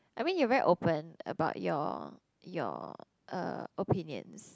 I mean you're very open about your your uh opinions